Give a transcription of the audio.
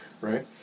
right